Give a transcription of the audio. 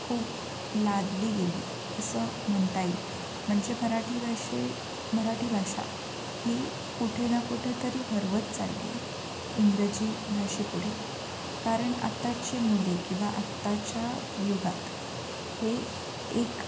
खूप लादली गेली असं म्हणता येईल म्हणजे मराठी भाषे मराठी भाषा ही कुठे ना कुठंतरी हरवत चालली आहे इंग्रजी भाषेपुढे कारण आत्ताची मुले किंवा आत्ताच्या युगात हे एक